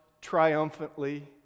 triumphantly